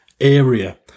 area